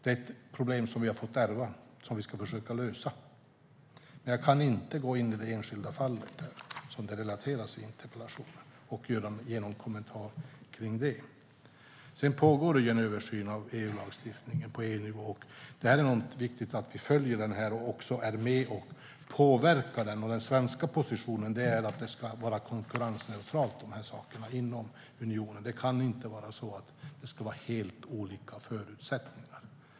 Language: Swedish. Det är ett problem som vi har fått ärva och som vi ska försöka lösa. Men jag kan inte gå in i det enskilda fall som relateras i interpellationen och ge någon kommenterar om det. Det pågår även en översyn av lagstiftningen på EU-nivå, och det är enormt viktigt att vi följer detta och också är med och påverkar. Den svenska positionen är att de här sakerna ska vara konkurrensneutrala inom unionen. Det kan inte vara så att det ska vara helt olika förutsättningar.